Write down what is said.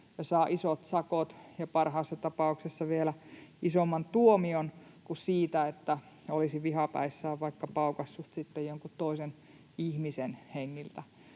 ja saa isot sakot ja parhaassa tapauksessa vielä isomman tuomion kuin siitä, että olisi vihapäissään vaikka paukaissut jonkun toisen ihmisen hengiltä.